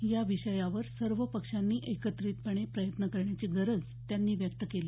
या विषयावर सर्व पक्षांनी एकत्रित येऊन प्रयत्न करण्याची गरज त्यांनी व्यक्त केली